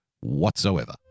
whatsoever